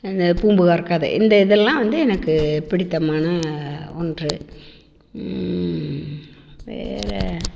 இந்த பூம்புகார் கதை இந்த இதெல்லாம் வந்து எனக்கு பிடித்தமான ஒன்று வேறு